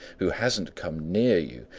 who hasn't come near you,